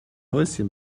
häuschen